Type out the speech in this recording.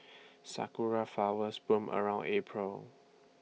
Sakura Flowers bloom around April